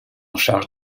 charge